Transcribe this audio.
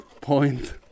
point